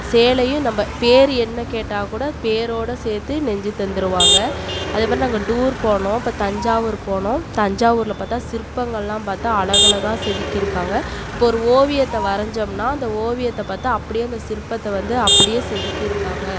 சேலையும் நம்ம பேர் என்ன கேட்டால் கூட பேரோட சேர்த்து நெஞ்சி தந்திருவாங்க அதே மாதிரி நாங்கள் டூர் போனோம் இப்போ தஞ்சாவூர் போனோம் தஞ்சாவூர்ல பார்த்தா சிற்பங்கள்லாம் பார்த்தா அழகழகாக செதுக்கிருக்காங்க இப்போ ஒரு ஓவியத்தை வரஞ்சோம்னா அந்த ஓவியத்தை பார்த்து அப்படியே அந்த சிற்பத்தை வந்து அப்படியே செதுக்கிருக்காங்க